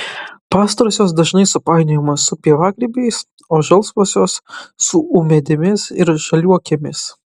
pastarosios dažnai supainiojamos su pievagrybiais o žalsvosios su ūmėdėmis ar žaliuokėmis